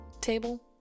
table